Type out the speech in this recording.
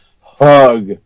hug